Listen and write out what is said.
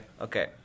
okay